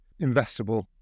investable